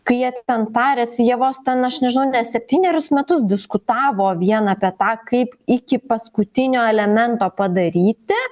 kai jie ten tarėsi jie vos ten aš nežinau ne septynerius metus diskutavo vien apie tą kaip iki paskutinio elemento padaryti